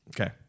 Okay